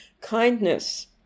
kindness